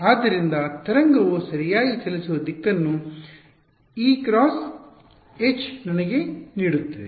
ಆದ್ದರಿಂದ ತರಂಗವು ಸರಿಯಾಗಿ ಚಲಿಸುವ ದಿಕ್ಕನ್ನು E × H ನನಗೆ ನೀಡುತ್ತಿದೆ